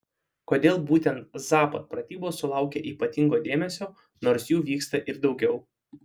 kodėl būtent zapad pratybos sulaukia ypatingo dėmesio nors jų vyksta ir daugiau